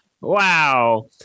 Wow